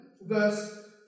verse